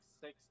six